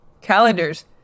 calendars